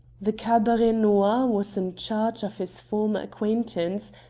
the cabaret noir was in charge of his former acquaintance,